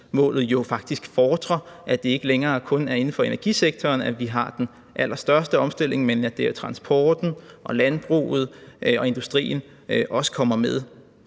fordrer, at det ikke længere kun er inden for energisektoren, at vi får den allerstørste omstilling, men at transporten, landbruget og industrien også kommer med.